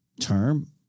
term